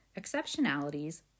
exceptionalities